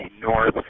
north